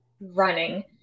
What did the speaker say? running